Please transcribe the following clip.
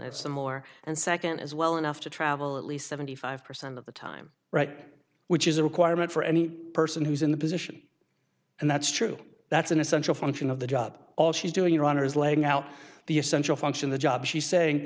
that's the more and second is well enough to travel at least seventy five percent of the time right which is a requirement for any person who's in the position and that's true that's an essential function of the job all she's doing your honor is laying out the essential function the job she's saying